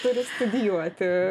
turi studijuoti